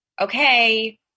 okay